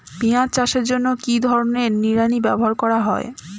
পিঁয়াজ চাষের জন্য কি ধরনের নিড়ানি ব্যবহার করা হয়?